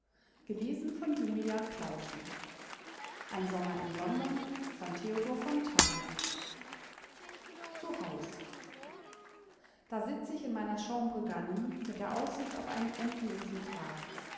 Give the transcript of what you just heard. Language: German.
erlag zu haus da sitz ich in meiner chambre garnie mit der aussicht auf einen endlosen tag